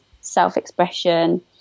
self-expression